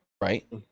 Right